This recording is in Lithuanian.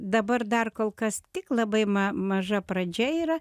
dabar dar kol kas tik labai ma maža pradžia yra